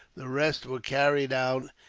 the rest were carried out,